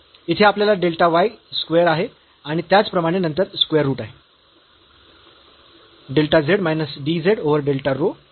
येथे आपल्याकडे delta y square आहे आणि त्याचप्रमाणे नंतर स्क्वेअर रूट आहे